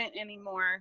anymore